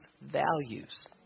values